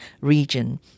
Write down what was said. region